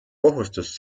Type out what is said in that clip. kohustus